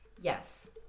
yes